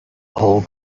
whole